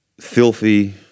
filthy